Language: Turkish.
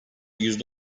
yüzde